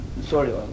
sorry